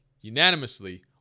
unanimously